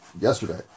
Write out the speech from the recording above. yesterday